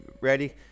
ready